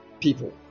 people